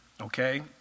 Okay